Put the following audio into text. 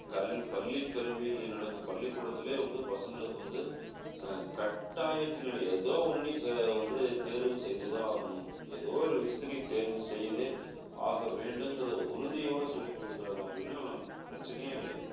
கல் பள்ளிக் கல்வி நடக்கும் பள்ளிக்கூடத்துலேயே வந்து பசங்களுக்கு வந்து கட்டாயத்தின் அடி ஏதோ ஒன்று நீ ச வந்து தேர்வு செய்து தான் ஆகணும் ஏதோ ஒரு விஷயத்த நீ தேர்வு செய்து ஆக வேண்டுங்கிற உறுதியோடு சொல்லிக்கொடுத்துட்டாங்க அப்படின்னா பிரச்சனையே கிடையாது